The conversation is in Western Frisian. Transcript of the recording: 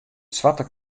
swarte